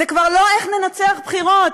זה כבר לא איך ננצח בחירות,